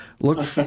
Look